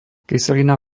kyselina